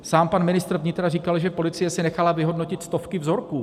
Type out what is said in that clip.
Sám pan ministr vnitra říkal, že policie si nechala vyhodnotit stovky vzorků.